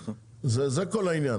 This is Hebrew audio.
זה כל העניין.